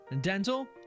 dental